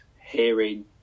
hearing